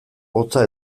hotza